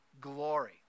glory